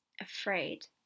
afraid